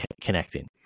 connecting